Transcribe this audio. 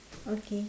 okay